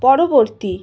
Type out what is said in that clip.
পরবর্তী